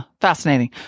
Fascinating